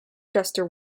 duster